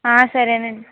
సరేనండి